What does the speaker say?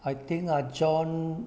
I think ah john